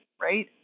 right